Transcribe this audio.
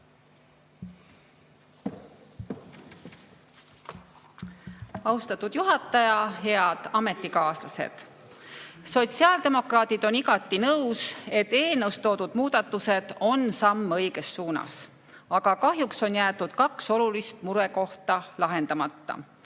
Austatud juhataja! Head ametikaaslased! Sotsiaaldemokraadid on igati nõus, et eelnõus toodud muudatused on samm õiges suunas. Aga kahjuks on jäetud kaks olulist murekohta lahendamata.